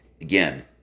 again